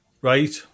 Right